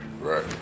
right